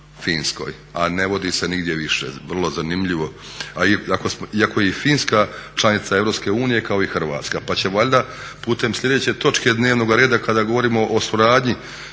a ne vodi se nigdje više. Vrlo zanimljivo, iako je i Finska članica EU kao i Hrvatska, pa će valjda putem slijedeće točke dnevnoga reda kada govorimo o suradnji